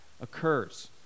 occurs